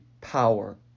power